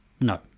No